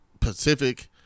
Pacific